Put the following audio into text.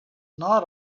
not